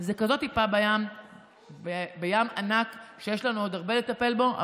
זה טיפה בים ענק שיש לנו עוד הרבה לטפל בו,